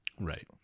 Right